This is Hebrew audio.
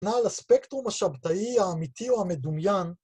נעל הספקטרום השבתאי האמיתי או המדומיין.